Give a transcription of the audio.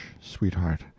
sweetheart